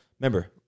remember